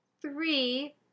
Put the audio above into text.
three